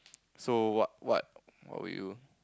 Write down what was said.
so what what what were you